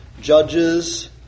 Judges